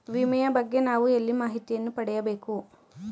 ವಿಮೆಯ ಬಗ್ಗೆ ನಾವು ಎಲ್ಲಿ ಮಾಹಿತಿಯನ್ನು ಪಡೆಯಬೇಕು?